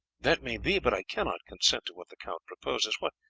that may be but i cannot consent to what the count proposes. what!